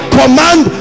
command